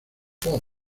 pop